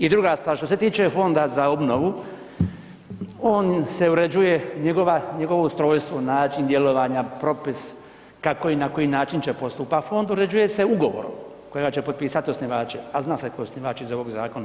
I druga stvar, što se tiče fonda za obnovu on se uređuje, njegovo ustrojstvo, način djelovanja, propis kako i na koji način će postupat fond uređuje se ugovorom kojega će potpisati osnivači, a zna se tko je osnivač iz ovog zakona.